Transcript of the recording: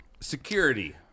Security